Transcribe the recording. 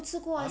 没吃过